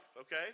Okay